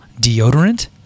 deodorant